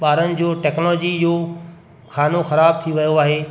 ॿारनि जो टेक्नोलॉजी जूं खानो ख़राबु थी वियो आहे